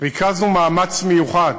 ריכזנו מאמץ מיוחד